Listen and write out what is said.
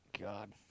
God